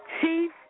Chief